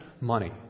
money